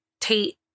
Tate